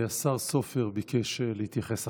השר סופר ביקש להתייחס עכשיו,